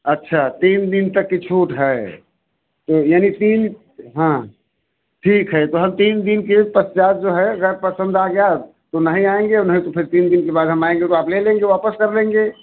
अच्छा तीन दिन तक की छूट है तो यानी तीन हाँ ठीक है तो हम तीन दिन के पश्चात जो है अगर पसंद आ गया तो नहीं आएँगे और नहीं तो फिर तीन दिन के बाद हम आएँगे तो आप ले लेंगे वापस कर लेंगे